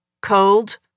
Cold